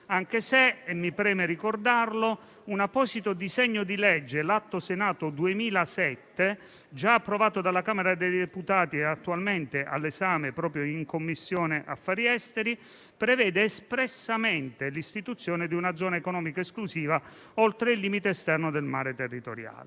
Tuttavia - mi preme ricordarlo - un apposito disegno di legge, l'Atto Senato 2007, già approvato dalla Camera dei deputati e attualmente all'esame della Commissione affari esteri del Senato, prevede espressamente l'istituzione di una zona economica esclusiva oltre il limite esterno del mare territoriale.